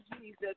Jesus